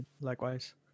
likewise